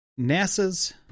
NASA's